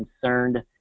concerned